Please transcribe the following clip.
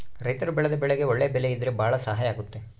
ರೈತರು ಬೆಳೆದ ಬೆಳೆಗೆ ಒಳ್ಳೆ ಬೆಲೆ ಇದ್ರೆ ಭಾಳ ಸಹಾಯ ಆಗುತ್ತೆ